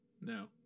No